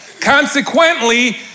Consequently